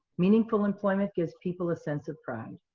meaningful employment gives people a sense of pride,